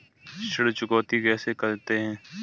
ऋण चुकौती किसे कहते हैं?